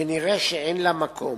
ונראה שאין לה מקום.